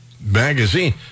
magazine